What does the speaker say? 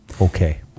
okay